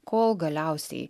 kol galiausiai